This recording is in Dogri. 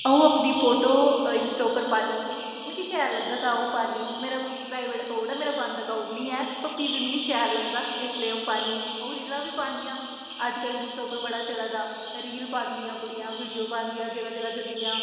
अ'ऊं अपनी फोटो इंस्टा उप्पर पान्नी मिगी शैल लगदा तां अ'ऊं पान्नी मेरा प्राइवेट अकांउट ऐ मेरा बंद अकांउट नी ऐ पर फ्ही बी मिगी शैल लगदा इसलेई अ'ऊं पान्नी अ'ऊं रीलां बी पान्नी आं अज्जकल इंस्टा उप्पर चला दा रील पांदियां कुड़ियां वीडियो पांदियां जगह् जगह् जंदियां